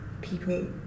people